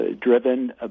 driven